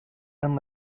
and